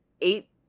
eight